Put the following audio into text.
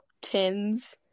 tins